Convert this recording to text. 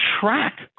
track